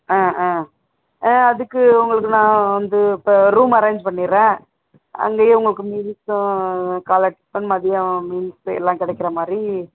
ஆ ஆ அதுக்கு உங்களுக்கு நான் வந்து இப்போ ரூம் அரேஞ்ச் பண்ணிடுறேன் அங்கேயே உங்களுக்கு மீல்ஸும் காலை டிஃபன் மதியம் மீல்ஸு எல்லாம் கிடைக்கிற மாதிரி